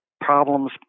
problems